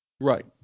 Right